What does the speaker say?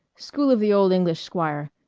school of the old english squire.